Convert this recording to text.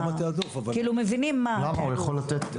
כאילו, מבינים מה התעדוף.